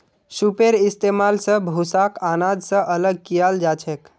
सूपेर इस्तेमाल स भूसाक आनाज स अलग कियाल जाछेक